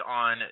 on